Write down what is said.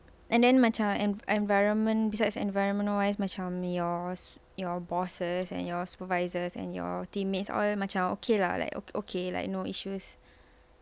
and then macam environment besides environment wise macam your your bosses and your supervisors and your teammates all macam okay lah like okay like no issues